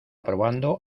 probando